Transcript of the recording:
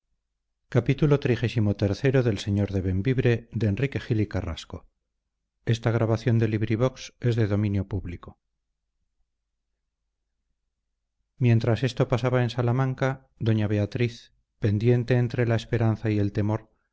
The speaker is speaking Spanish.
mientras esto pasaba en salamanca doña beatriz pendiente entre la esperanza y el temor